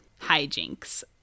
hijinks